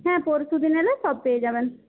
হ্যাঁ পরশুদিন এলে সব পেয়ে যাবেন